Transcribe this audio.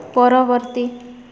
ପରବର୍ତ୍ତୀ